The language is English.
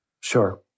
Sure